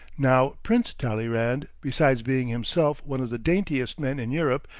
now prince talleyrand, besides being himself one of the daintiest men in europe,